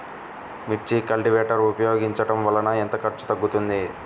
మిర్చి కల్టీవేటర్ ఉపయోగించటం వలన ఎంత ఖర్చు తగ్గుతుంది?